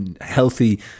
healthy